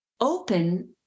open